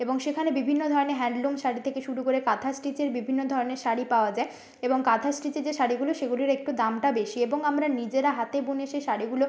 এবং সেখানে বিভিন্ন ধরনের হ্যান্ডলুম শাড়ি থেকে শুরু করে কাঁথা স্টিচের বিভিন্ন ধরনের শাড়ি পাওয়া যায় এবং কাঁথা স্টিচের যে শাড়িগুলো সেগুলির একটু দামটা বেশি এবং আমরা নিজেরা হাতে বুনে সেই শাড়িগুলো